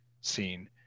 scene